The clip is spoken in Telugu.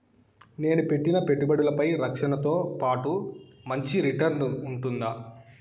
నేను పెట్టిన పెట్టుబడులపై రక్షణతో పాటు మంచి రిటర్న్స్ ఉంటుందా?